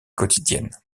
quotidienne